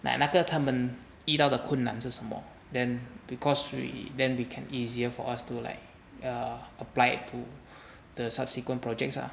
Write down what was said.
like 那个他们遇到的困难 just more then because we then we can easier for us to like err applied to the subsequent projects ah